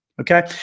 Okay